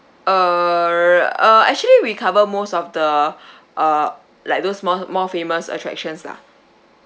err uh actually we cover most of the uh like those more more famous attractions lah